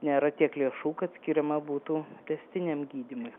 nėra tiek lėšų kad skiriama būtų tęstiniam gydymui